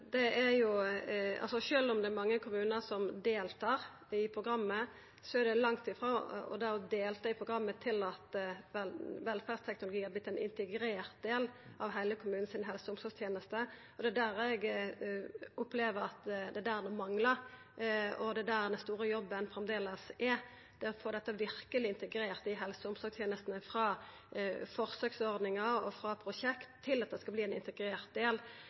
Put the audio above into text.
om det er mange kommunar som deltar i programmet, er det langt frå det å delta i programmet til at velferdsteknologien har vorte ein integrert del av alle kommunanes helse- og omsorgstenester. Det er der eg opplever at det er manglar, og det er der den store jobben framleis er – verkeleg å få det integrert i helse- og omsorgstenestene frå forsøksordningar og prosjekt til at det er ein integrert del. Eg går ut frå at statsråden er einig med meg når eg seier at i dag er det ikkje ein integrert del